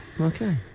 Okay